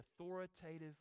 authoritative